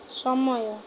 ସମୟ